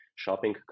shopping